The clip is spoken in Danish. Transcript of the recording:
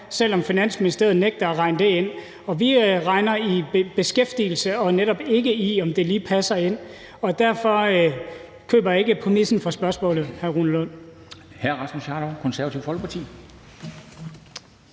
selv om Finansministeriet nægter at regne det ind. Og vi regner i beskæftigelse og netop ikke i, om det lige passer ind. Og derfor køber jeg ikke præmissen for spørgsmålet, hr. Rune Lund.